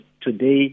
today